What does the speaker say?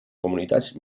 comunitats